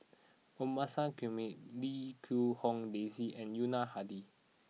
Omasa Comey Lim Quee Hong Daisy and Yuna Hadi